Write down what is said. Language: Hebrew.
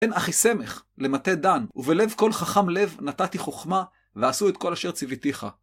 אין אחי סמך למטה דן, ובלב כל חכם לב נתתי חוכמה, ועשו את כל אשר צוויתיך.